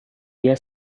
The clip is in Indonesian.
dia